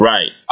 Right